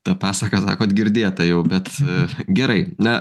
ta pasaka sakot girdėta jau bet gerai na